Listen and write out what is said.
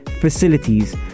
facilities